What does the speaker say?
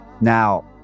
Now